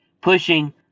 Pushing